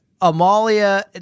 amalia